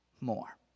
more